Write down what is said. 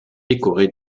décoré